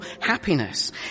happiness